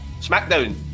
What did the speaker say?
Smackdown